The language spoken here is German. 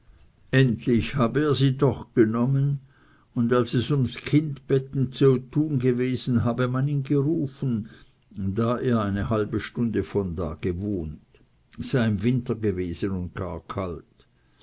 endlich habe er sie doch genommen und als es ums kindbetten zu tun gewesen habe man ihn gerufen da er eine halbe stunde von ihr gewohnt es sei im winter gewesen und gar kalt